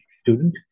student